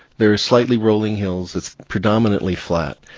there are slightly rolling hills. it's predominantly flat.